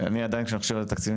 היה הסכם שכר של ההסתדרות,